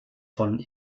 von